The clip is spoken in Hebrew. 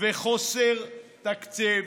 וחוסר תקציב,